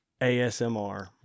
asmr